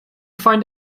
find